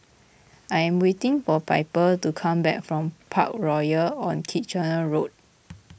I am waiting for Piper to come back from Parkroyal on Kitchener Road